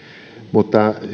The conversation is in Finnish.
mutta